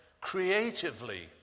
creatively